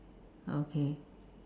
okay